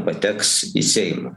pateks į seimą